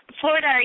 Florida